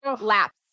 laps